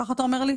ככה אתה אומר לי?